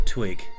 Twig